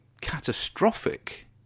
catastrophic